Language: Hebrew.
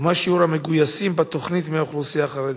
ומה שיעור המגויסים לתוכנית מהאוכלוסייה החרדית?